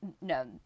No